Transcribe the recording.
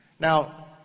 Now